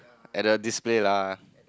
at the display lah